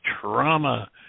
trauma